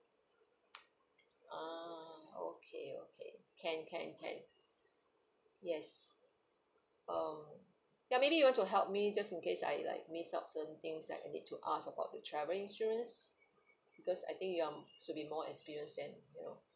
ah okay okay can can can yes um ya maybe you want to help me just in case I like miss out certain things and I need to ask about the travel insurance because I think you are should to be more experienced and you know